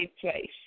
place